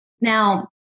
Now